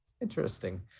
interesting